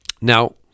Now